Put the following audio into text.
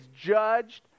judged